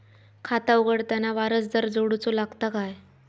खाता उघडताना वारसदार जोडूचो लागता काय?